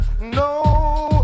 no